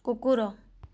କୁକୁର